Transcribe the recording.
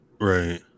right